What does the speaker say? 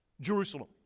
Jerusalem